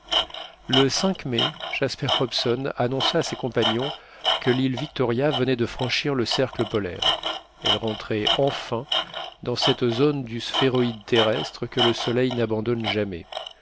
le mai jasper hobson annonça à ses compagnons que l'île victoria venait de franchir le cercle polaire elle rentrait enfin dans cette zone du sphéroïde terrestre que le soleil n'abandonne jamais